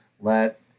let